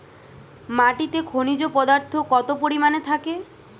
মাটিতে খনিজ পদার্থ কত পরিমাণে থাকে?